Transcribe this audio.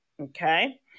Okay